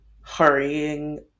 hurrying